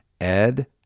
Ed